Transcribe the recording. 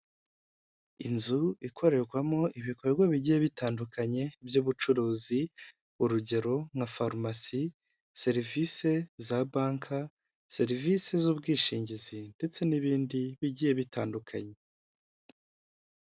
Inzu ikorerwamo ,ibikorwa bigiye bitandukanye by'ubucuruzi ,urugero nka farumasi, serivisi za banka, serivisi z'ubwishingizi, ndetse n'ibindi bigiye bitandukanye.